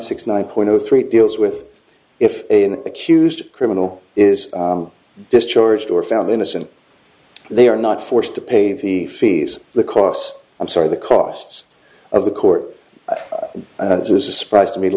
six nine point zero three it deals with if a accused criminal is discharged or found innocent they are not forced to pay the fees the cross i'm sorry the costs of the court is a surprise to me to